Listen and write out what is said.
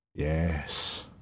Yes